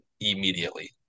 immediately